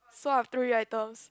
so I have three items